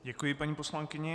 Děkuji paní poslankyni.